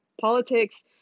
politics